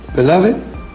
Beloved